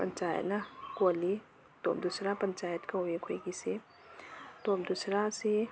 ꯄꯟꯆꯥꯌꯠꯅ ꯀꯣꯜꯂꯤ ꯇꯣꯞ ꯗꯨꯁꯥꯔꯥ ꯄꯟꯆꯥꯌꯠ ꯀꯧꯏ ꯑꯩꯈꯣꯏꯒꯤꯁꯦ ꯇꯣꯞ ꯗꯨꯁꯥꯔꯥꯁꯤ